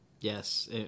Yes